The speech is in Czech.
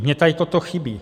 Mně tady toto chybí.